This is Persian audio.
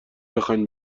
بخواین